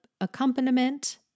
accompaniment